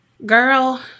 Girl